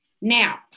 Now